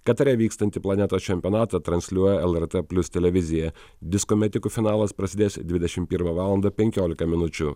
katare vykstantį planetos čempionatą transliuoja lrt plius televizija disko metikų finalas prasidės dvidešim primą valandą penkiolika minučių